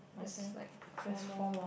just like chromo